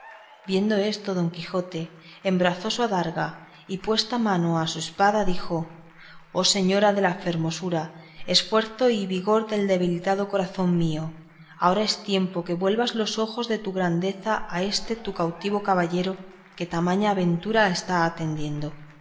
viendo esto don quijote embrazó su adarga y puesta mano a su espada dijo oh señora de la fermosura esfuerzo y vigor del debilitado corazón mío ahora es tiempo que vuelvas los ojos de tu grandeza a este tu cautivo caballero que tamaña aventura está atendiendo